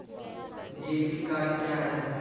Debit card क्या हैं?